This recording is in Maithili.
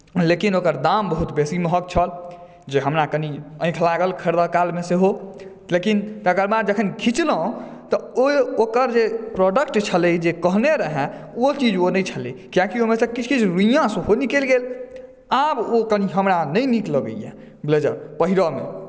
लेकिन ओकर दाम बहुत बेसी महग छल जे हमरा कनि आँखि लागल खरीदऽ कालमे सेहो लेकिन तकर बाद जखन खिचलहुँ तऽ ओकर जे प्रोडक्ट छलै जे कहने रहै ओ चीज ओ नहि छलै कियाकि ओहिमे सॅं किछु किछु रुईया सेहो निकलि गेल आब ओ कनि हमरा नहि नीक लगैया ब्लेजर पहिरऽमे